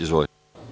Izvolite.